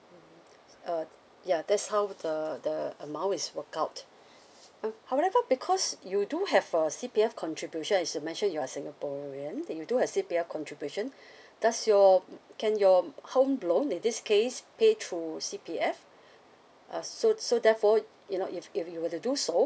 uh ya that's how the the amount is worked out uh however because you do have a C_P_F contribution as you mentioned you are singaporean that you do have C_P_F contribution does your can your home loan in this case pay through C_P_F uh so so therefore you know if if you were to do so